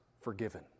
forgiven